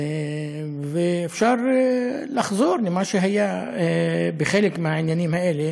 ואפשר לחזור בחלק מהעניינים האלה